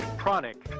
Chronic